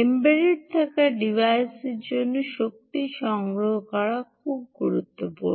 embed থাকা ডিভাইসের জন্য শক্তি সংগ্রহ করা খুব গুরুত্বপূর্ণ